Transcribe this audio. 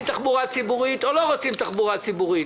תחבורה ציבורית או לא רוצים תחבורה ציבורית,